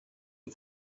you